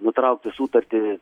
nutraukti sutartį